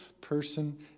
person